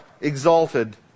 exalted